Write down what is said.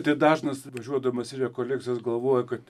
tai dažnas važiuodamas į rekolekcijas galvoja kad